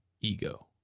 ego